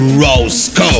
Roscoe